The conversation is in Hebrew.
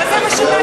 מה זה משנה?